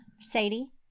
Sadie